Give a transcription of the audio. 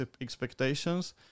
expectations